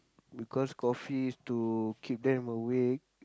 because coffee is to keep them awake